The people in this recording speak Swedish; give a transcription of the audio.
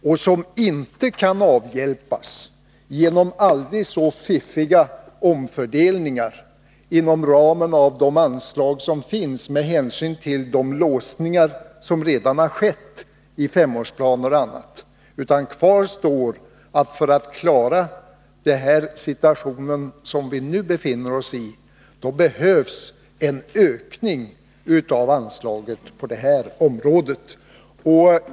De kan inte avhjälpas genom aldrig så fiffiga omfördelningar inom ramen för de anslag som finns — med hänsyn till de låsningar som redan har skett i femårsplaner och annat — utan kvar står att det, för att vi skall klara den situation vi nu befinner oss i, behövs en ökning av anslagen på det här området.